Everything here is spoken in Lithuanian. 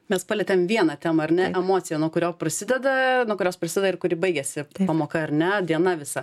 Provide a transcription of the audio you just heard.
mes palietėm vieną temą ar ne emocija nuo kurio prasideda nuo kurios prisideda ir kuri baigiasi pamoka ar ne diena visa